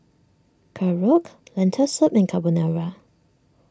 Korokke Lentil Soup and Carbonara